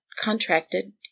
contracted